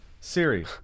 Siri